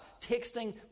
Texting